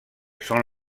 són